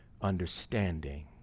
understanding